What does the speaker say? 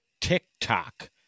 TikTok